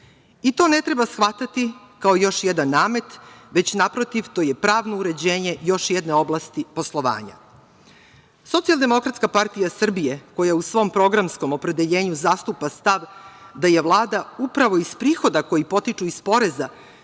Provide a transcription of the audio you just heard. To ne treba shvatati kao još jedan namet, već naprotiv to je pravno uređenje još jedne oblasti poslovanja. Socijaldemokratska partija Srbija, koja u svom programskom opredeljenju zastupa stav da je Vlada upravo iz prihoda koji potiču iz poreza